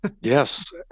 Yes